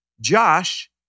Josh